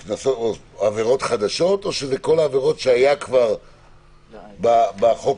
עבירות חדשות או שזה כל העבירות שכבר היו בחוק